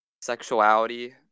sexuality